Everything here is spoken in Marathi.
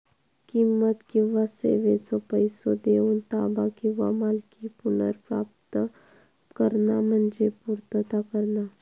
किंमत किंवा सेवेचो पैसो देऊन ताबा किंवा मालकी पुनर्प्राप्त करणा म्हणजे पूर्तता करणा